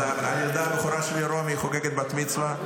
אז הילדה הבכורה שלי רומי חוגגת בת מצווה,